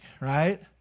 right